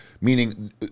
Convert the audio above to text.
meaning